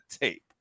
tape